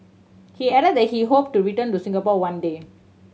he add that he hope to return to Singapore one day